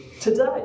today